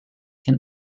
can